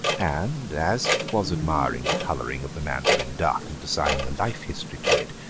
and as he was admiring the colouring of the mandarin duck and assigning a life-history to it,